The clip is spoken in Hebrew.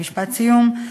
משפט סיום,